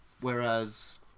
Whereas